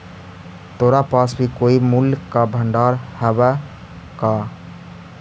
तोरा पास भी कोई मूल्य का भंडार हवअ का